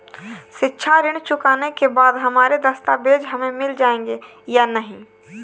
शिक्षा ऋण चुकाने के बाद हमारे दस्तावेज हमें मिल जाएंगे या नहीं?